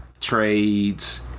trades